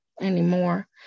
anymore